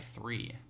three